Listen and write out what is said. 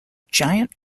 giant